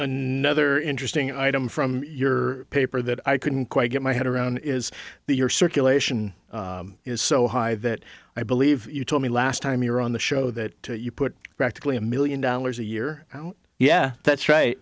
another interesting item from your paper that i couldn't quite get my head around is that your circulation is so high that i believe you told me last time you're on the show that you put practically a million dollars a year yeah that's right